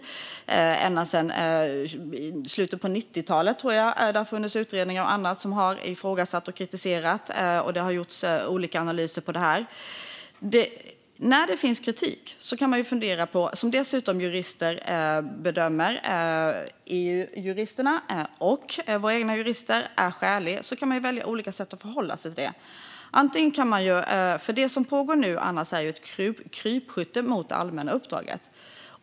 Jag tror att det ända sedan slutet av 90-talet har funnits utredningar och annat som har ifrågasatt och kritiserat, och det har gjorts olika analyser av det här. När det finns kritik, som dessutom både EU-juristerna och våra egna jurister bedömer är skälig, kan man ju välja olika sätt att förhålla sig till den. Det som pågår nu är ju ett krypskytte mot det allmänna uppdraget.